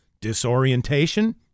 disorientation